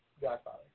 Godfather